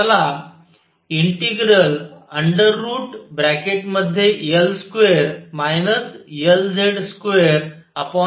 आता चला ∫√L2 Lz2 dθ या कडे पाहुयात